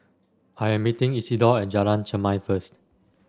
I am meeting Isidor at Jalan Chermai first